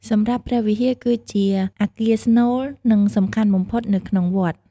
សម្រាប់ព្រះវិហារគឺជាអគារស្នូល និងសំខាន់បំផុតនៅក្នុងវត្ត។